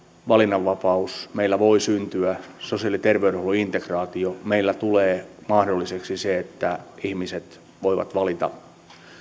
valinnanvapaus meillä voi syntyä sosiaali ja terveydenhuollon integraatio meillä tulee mahdolliseksi se että ihmiset voivat valita